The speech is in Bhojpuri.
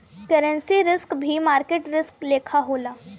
करेंसी रिस्क भी मार्केट रिस्क लेखा होला